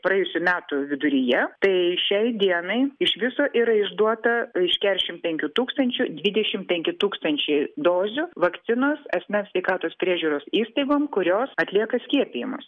praėjusių metų viduryje tai šiai dienai iš viso yra išduota iš keturiasdešimt penkių tūkstančių dvidešimt penki tūkstančiai dozių vakcinos asmens sveikatos priežiūros įstaigom kurios atlieka skiepijimus